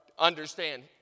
understand